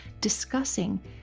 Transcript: discussing